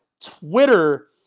Twitter